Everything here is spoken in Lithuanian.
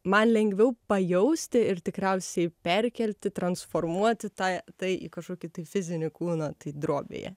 man lengviau pajausti ir tikriausiai perkelti transformuoti tą tai į kažkokį fizinį kūną tai drobėje